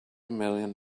million